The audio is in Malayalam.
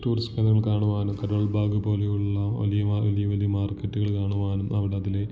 ടൂറിസ്റ്റുകൾക്കാണുവാനോ കരുൾബാഗ് പോലെയുള്ള വലിയ വലിയ വലിയ മാർക്കെറ്റുകൾ കാണുവാനും അവിടെ അതിലെ